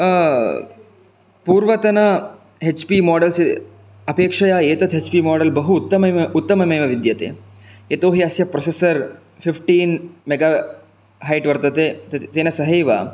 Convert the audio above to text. पूर्वतन H P models अपेक्षया एतत् हेच् पी माडल् बहु उत्तममेव विद्यते यतोहि अस्य प्रोसेसर् फ़िफ़्टीन् मेगा हैट् वर्तते तेन सहैव